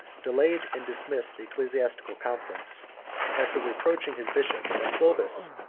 delayed and dismissed the ecclesiastical conference after reproaching his bishops, that clovis,